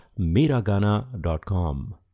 MiraGana.com